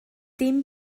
dim